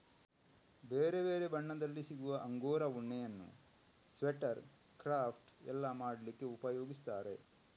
ಬೇರೆ ಬೇರೆ ಬಣ್ಣದಲ್ಲಿ ಸಿಗುವ ಅಂಗೋರಾ ಉಣ್ಣೆಯನ್ನ ಸ್ವೆಟರ್, ಕ್ರಾಫ್ಟ್ ಎಲ್ಲ ಮಾಡ್ಲಿಕ್ಕೆ ಉಪಯೋಗಿಸ್ತಾರೆ